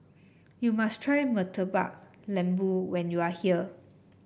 you must try Murtabak Lembu when you are here